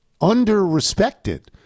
under-respected